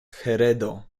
heredo